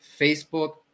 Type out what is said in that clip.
Facebook